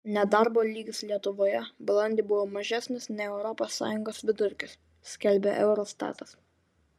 nedarbo lygis lietuvoje balandį buvo mažesnis nei europos sąjungos vidurkis skelbia eurostatas